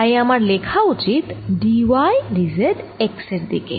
তাই আমার লেখা উচিত d y d z x এর দিকে